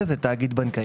כמו שזה נמצא בחוק.